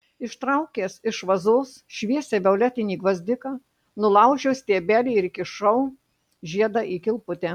ištraukęs iš vazos šviesiai violetinį gvazdiką nulaužiau stiebelį ir įkišau žiedą į kilputę